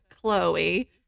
Chloe